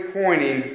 pointing